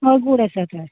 होय गोड आसात हय